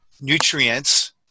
nutrients